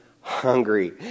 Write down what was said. hungry